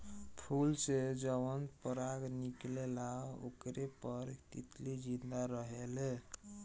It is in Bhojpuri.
फूल से जवन पराग निकलेला ओकरे पर तितली जिंदा रहेले